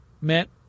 meant